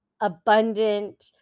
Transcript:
abundant